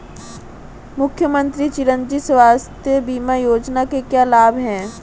मुख्यमंत्री चिरंजी स्वास्थ्य बीमा योजना के क्या लाभ हैं?